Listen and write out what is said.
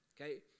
Okay